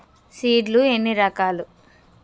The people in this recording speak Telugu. సీడ్ లు ఎన్ని రకాలు?